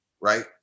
Right